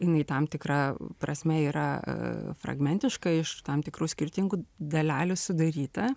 jinai tam tikra prasme yra fragmentiška iš tam tikrų skirtingų dalelių sudaryta